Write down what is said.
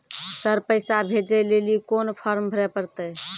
Sir पैसा भेजै लेली कोन फॉर्म भरे परतै?